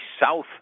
South